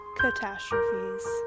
Catastrophes